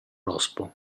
rospo